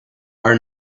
our